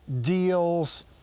deals